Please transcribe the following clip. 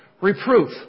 reproof